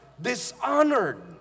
dishonored